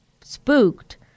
spooked